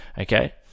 Okay